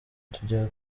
tujya